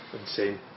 insane